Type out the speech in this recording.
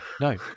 no